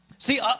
See